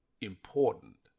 important